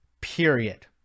period